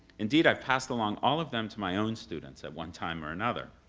indeed, i've passed along all of them to my own students at one time or another.